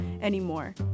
anymore